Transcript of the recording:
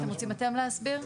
אתם רוצים אתם להסביר?